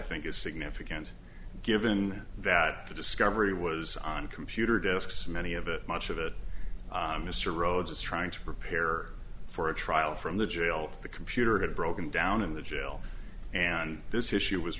think is significant given that the discovery was on computer disks many of it much of it mr rhodes is trying to prepare for a trial from the jail the computer had broken down in the jail and this issue was